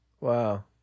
Wow